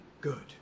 good